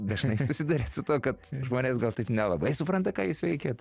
dažnai susiduriat su tuo kad žmonės gal taip nelabai supranta ką jūs veikiat